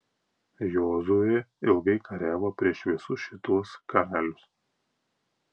jozuė ilgai kariavo prieš visus šituos karalius